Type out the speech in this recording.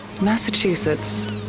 Massachusetts